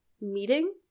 meeting